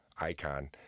icon